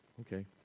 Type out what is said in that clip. Okay